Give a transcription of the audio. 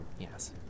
yes